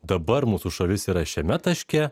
dabar mūsų šalis yra šiame taške